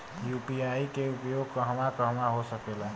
UPI के उपयोग कहवा कहवा हो सकेला?